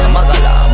Magala